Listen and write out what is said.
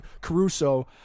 Caruso